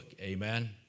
amen